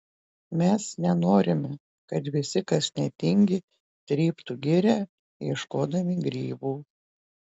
mes nenorime kad visi kas netingi tryptų girią ieškodami grybų